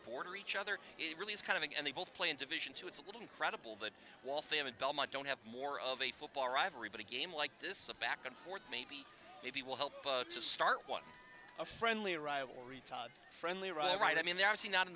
border each other it really is kind of and they both play in division two it's a little incredible that waltham and belmont don't have more of a football rivalry but a game like this a back and forth maybe maybe will help to start one a friendly rivalry todd friendly right i mean they're actually not in